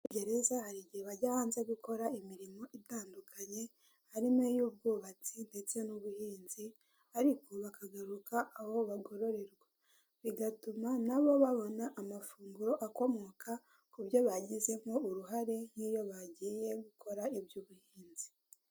Uyu ni umukobwa usa nkaho akiri muto afite ikoranabuhanga mu ntoki ziwe yambaye umupira w'umutuku ku maso he urabona ko yishimye ari guseka bisa nk'aho hari ibyo ari guhererekanya n'undi muntu bari kumwe.